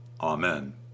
Amen